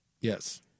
Yes